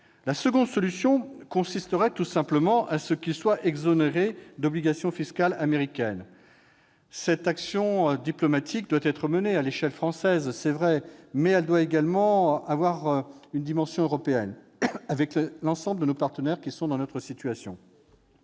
La seconde solution consisterait tout simplement à ce qu'ils soient exonérés d'obligations fiscales américaines. Cette action diplomatique doit être menée à l'échelon français, c'est vrai, mais également au niveau européen, avec l'ensemble de nos partenaires qui sont dans notre situation.